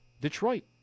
Detroit